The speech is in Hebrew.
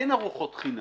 אין ארוחות חינם.